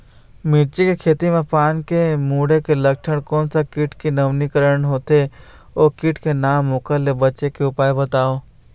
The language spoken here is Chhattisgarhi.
मिर्ची के खेती मा पान के मुड़े के लक्षण कोन सा कीट के नवीनीकरण होथे ओ कीट के नाम ओकर ले बचे के उपाय बताओ?